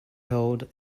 held